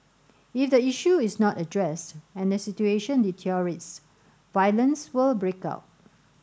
if the issue is not addressed and the situation deteriorates violence will break out